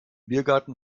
biergarten